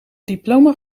diploma